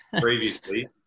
previously